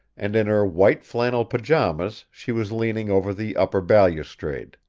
and in her white flannel pajamas she was leaning over the upper balustrade.